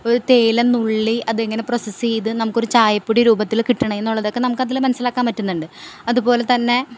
ഒരു തേയില നുള്ളി അത് എങ്ങനെ പ്രോസെസ് ചെയ്ത് നമുക്ക് ഒരു ചായപ്പൊടി രൂപത്തിൽ കിട്ടണമെന്നൊക്കെ നമുക്ക് അതിൽ മനസ്സിലാക്കാൻ പറ്റുന്നുണ്ട് അതുപോലെ തന്നെ